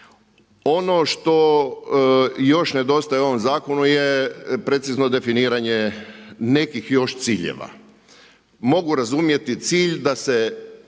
Ono što još nedostaje u ovom zakonu je precizno definiranje nekih još ciljeva. Mogu razumjeti cilj da se